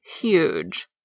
huge